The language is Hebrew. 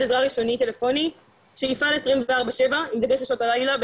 עזרה ראשוני טלפוני שיפעל 24/7 עם דגש על שעות הלילה,